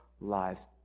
lives